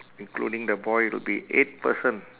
including the boy will be eight person